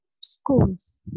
schools